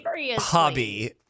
hobby